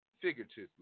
figuratively